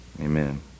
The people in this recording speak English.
Amen